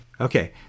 Okay